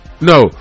No